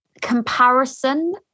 comparison